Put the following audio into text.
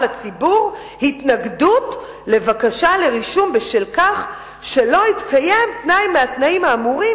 לציבור התנגדות לבקשה לרישום בשל כך שלא התקיים תנאי מהתנאים האמורים,